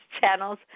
channels